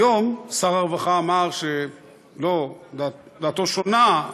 היום שר הרווחה אמר שדעתו שונה,